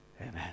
Amen